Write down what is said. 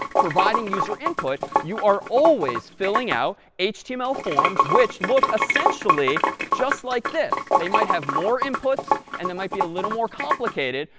providing user input, you are always filling out html forms which look essentially just like this. they might have more inputs and they might be a little more complicated,